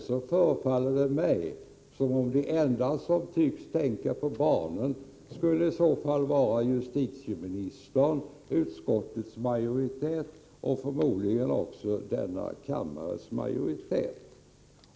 Det förefaller som om de enda som tänker på barnen skulle vara justitieministern, utskottets majoritet och förmodligen denna kammares majoritet.